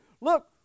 look